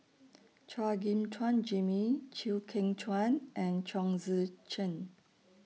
Chua Gim Chuan Jimmy Chew Kheng Chuan and Chong Tze Chien